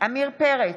עמיר פרץ,